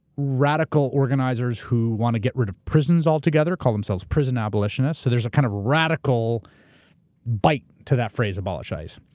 radical organizers who want to get rid of prisons altogether, call themselves prison abolitionists. so there's kind of a radical bite to that phrase, abolish ice.